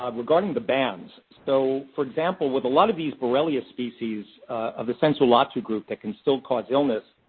um regarding the bands, so, for example, with a lot of these borrelia species of the sensu lato group that can still cause illness,